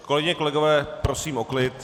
Kolegyně a kolegové, prosím o klid.